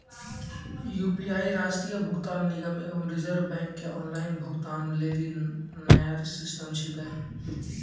UPI राष्ट्रीय भुगतान निगम एवं रिज़र्व बैंक के ऑनलाइन भुगतान लेली नया सिस्टम छिकै